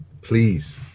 Please